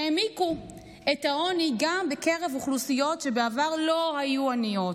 שהעמיקו את העוני גם בקרב אוכלוסיות שבעבר לא היו עניות.